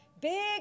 Big